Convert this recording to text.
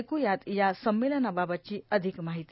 ऐकूयात या संमेलनाबाबतची अधिक माहिती